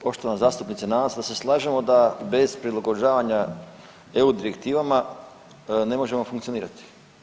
Poštovana zastupnice, nadam se da se slažemo da bez prilagođavanja EU direktivama ne možemo funkcionirati.